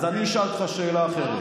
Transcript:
אתה יודע מה, אז אני אשאל אותך שאלה אחרת.